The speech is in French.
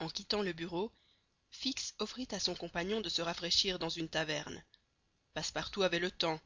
en quittant le bureau fix offrit à son compagnon de se rafraîchir dans une taverne passepartout avait le temps